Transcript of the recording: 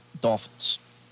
Dolphins